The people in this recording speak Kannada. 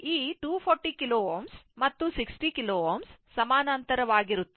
ಈ 240 KΩ ಮತ್ತು 60 KΩ ಸಮಾನಾಂತರವಾಗಿರುತ್ತದೆ